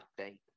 update